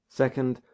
second